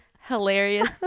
hilarious